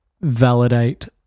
validate